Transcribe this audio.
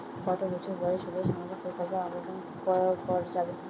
কত বছর বয়স হলে সামাজিক প্রকল্পর আবেদন করযাবে?